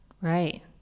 Right